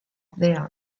the